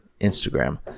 instagram